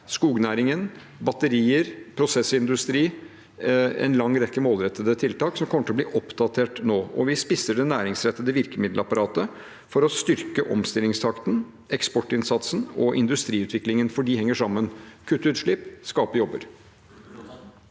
skognæring, batterier og prosessindustri – en lang rekke målrettede tiltak som kommer til å bli oppdatert nå. Vi spisser det næringsrettede virkemiddelapparatet for å styrke omstillingstakten, eksportinnsatsen og industriutviklingen, for de henger sammen – kutte utslipp, skape jobber.